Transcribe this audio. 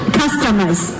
customers